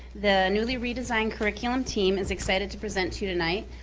the newly redesigned curriculum team is excited to present to you tonight.